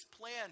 plan